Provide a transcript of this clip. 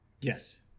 Yes